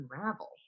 unravel